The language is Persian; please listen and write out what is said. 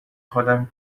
خودم